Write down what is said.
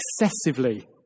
excessively